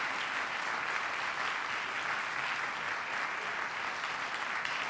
now